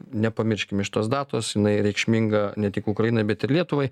nepamirškime iš tos datos jinai reikšminga ne tik ukrainai bet ir lietuvai